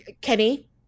Kenny